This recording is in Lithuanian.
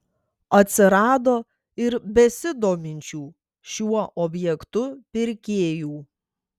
atsirado ir besidominčių šiuo objektu pirkėjų